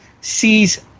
sees